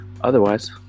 otherwise